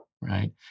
right